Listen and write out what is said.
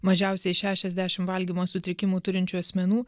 mažiausiai šešiasdešimt valgymo sutrikimų turinčių asmenų